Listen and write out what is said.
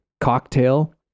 Cocktail